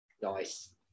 Nice